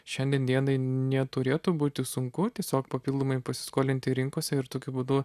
šiandien dienai neturėtų būti sunku tiesiog papildomai pasiskolinti rinkose ir tokiu būdu